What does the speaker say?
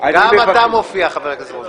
גם אתה מופיע, חבר הכנסת רוזנטל.